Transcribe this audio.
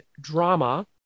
drama